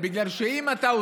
בגלל שאם אתה,